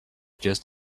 just